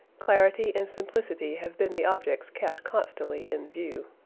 clarity and simplicity have been the objects kept constantly in view.